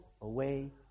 away